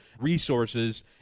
resources